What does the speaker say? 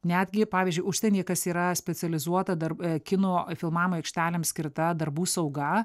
netgi pavyzdžiui užsienyje kas yra specializuota darb kino filmavimo aikštelėms skirta darbų sauga